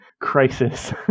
crisis